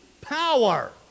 power